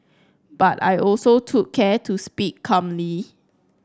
but I also took care to speak calmly